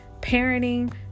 parenting